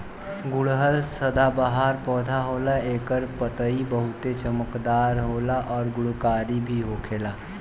गुड़हल सदाबाहर पौधा होला एकर पतइ बहुते चमकदार होला आ गुणकारी भी होखेला